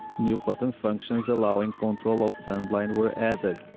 new button functions allowing control of sunblind were added.